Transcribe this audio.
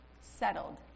Settled